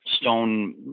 stone